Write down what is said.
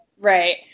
Right